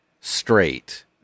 straight